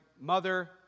Mother